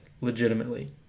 legitimately